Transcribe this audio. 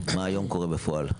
מה היום קורה בפועל?